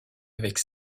avec